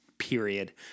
Period